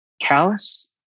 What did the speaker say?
callous